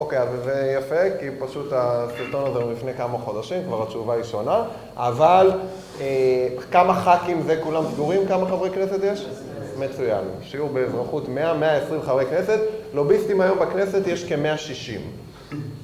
אוקיי, אז זה יפה, כי פשוט הסרטון הזה הוא מלפני כמה חודשים, כבר התשובה היא שונה. אבל כמה ח"כים זה כולם סגורים, כמה חברי כנסת יש? מצוין. שיעור באזרחות 100, 120 חברי כנסת. לוביסטים היום בכנסת יש כ-160.